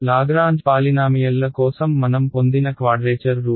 Lagrange పాలినామియల్ల కోసం మనం పొందిన క్వాడ్రేచర్ రూల్